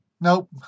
Nope